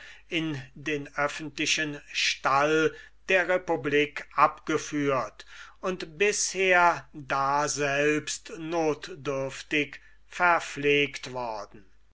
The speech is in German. in den öffentlichen stall der republik abgeführt und bisher daselbst notdürftig verpflegt worden